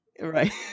Right